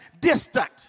distant